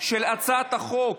של הצעת החוק